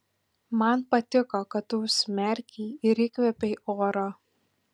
man patiko kad tu užsimerkei ir įkvėpei oro